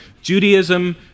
Judaism